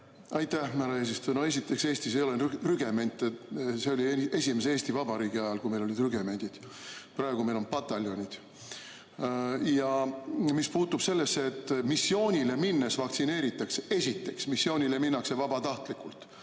Aitäh, härra eesistuja! Esiteks, Eestis ei ole rügemente, see oli esimese Eesti Vabariigi ajal, kui meil olid rügemendid. Praegu on meil pataljonid. Mis puutub sellesse, et missioonile minnes vaktsineeritakse, siis esiteks, missioonile minnakse vabatahtlikult,